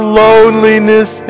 loneliness